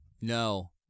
No